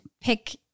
pick